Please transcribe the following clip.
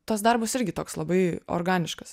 tas darbas irgi toks labai organiškas